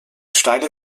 steile